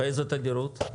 באיזה תדירות?